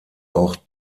auch